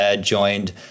joined